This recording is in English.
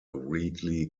weekly